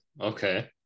okay